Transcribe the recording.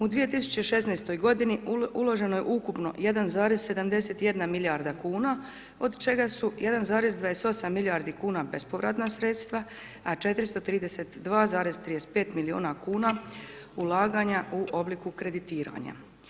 U 2016. godini uloženo je ukupno 1,71 milijarda kuna od čega su 1,28 milijardi kuna bespovratna sredstva, a 432,35 milijuna kuna ulaganja u obliku kreditiranja.